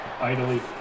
idly